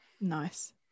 nice